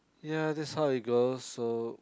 ya that's how it goes so